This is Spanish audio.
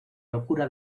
locura